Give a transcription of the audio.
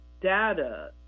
data